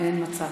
אין מצב,